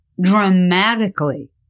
dramatically